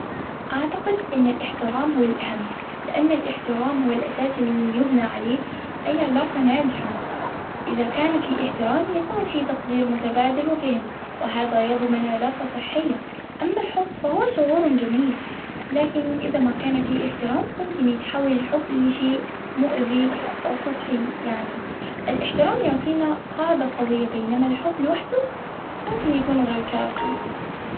أعتقد إن الإحترام هو الأهم، لإن الإحترام هو الأساس الي يبنى عليه أي علاقة ناجحة، إذا كان في إحترام يكون في تقدير متبادل وفهم، وهذا يضمن علاقة صحية، أما الحب فهو شعور جميل، لكن إذا ما كان في إحترام ممكن يتحول الحب لشئ لمؤذي أو سطحي يعني، الإحترام يعطينا قاعدة قوية بينما الحب لوحده ممكن يكون غير كافي.